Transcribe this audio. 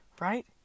Right